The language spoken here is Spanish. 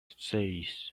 seis